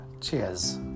Cheers